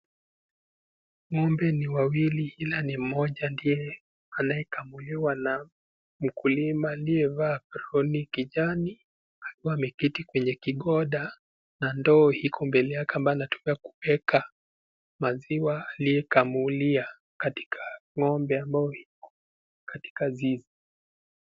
Ng'ombe ni wawili ila ni mmoja ndiye anayekamuliwa na mkulima aliyevaa aproni kijani akiwa ameketi kwenye kigoda na ndoo Iko mbele yake ambayo anatumia kuweka maziwa aliyekamulia katika ng'ombe ambaye Iko katika zizi.